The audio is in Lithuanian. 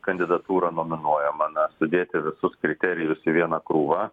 kandidatūra nominuojama na sudėti visus kriterijus į vieną krūvą